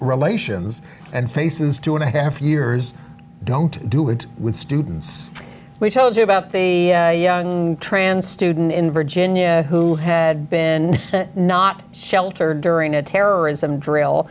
relations and faces two and a half years don't do it with students we told you about the young trans student in virginia who had been not sheltered during a terrorism drill